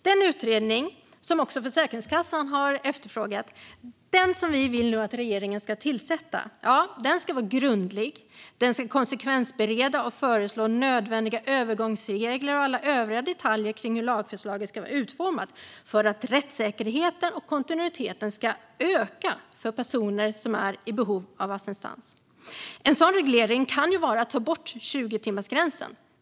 Den utredning som vi nu vill att regeringen ska tillsätta, och som också Försäkringskassan har efterfrågat, ska vara grundlig. Den ska konsekvensbereda och föreslå nödvändiga övergångsregler och alla övriga detaljer kring hur lagförslagen ska vara utformade för att rättssäkerheten och kontinuiteten ska öka för personer som är i behov av assistans. En sådan regeländring kan vara att ta bort 20-timmarsgränsen.